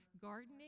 gardening